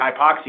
hypoxia